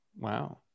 Wow